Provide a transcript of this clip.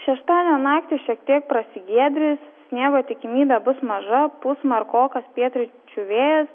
šeštadienio naktį šiek tiek prasigiedrys sniego tikimybė bus maža pūs smarkokas pietryčių vėjas